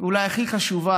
ואולי הכי חשובה,